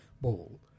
ball